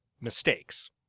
mistakes